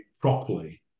properly